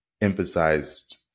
emphasized